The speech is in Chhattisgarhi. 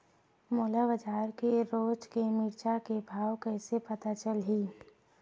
मोला बजार के रोज के मिरचा के भाव कइसे पता चलही?